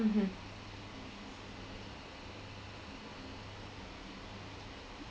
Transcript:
mmhmm